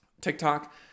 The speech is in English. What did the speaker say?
TikTok